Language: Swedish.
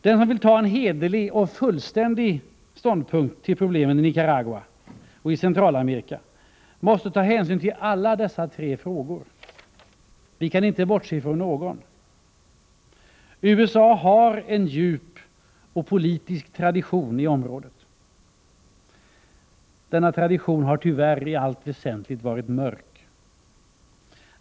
Den som vill inta en hederlig och fullständig ståndpunkt när det gäller problemen i Nicaragua och i Centralamerika måste ta hänsyn till alla dessa tre frågor. Man kan inte bortse från någon. USA har en djup politisk tradition i området. Denna tradition har tyvärr i allt väsentligt varit mörk.